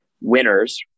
winners